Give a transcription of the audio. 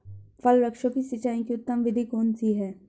फल वृक्षों की सिंचाई की उत्तम विधि कौन सी है?